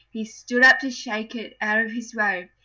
he stood up to shake it out of his robe,